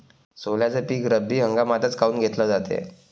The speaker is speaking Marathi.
सोल्याचं पीक रब्बी हंगामातच काऊन घेतलं जाते?